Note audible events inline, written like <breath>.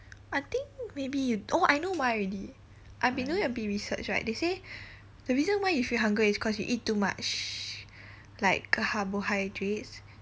I think maybe you oh I know why already I've been doing a bit research right they say <breath> the reason why you feel hunger is because you eat too much like carbohydrates